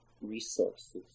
resources